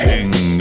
King